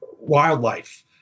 wildlife